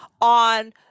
on